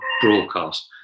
broadcast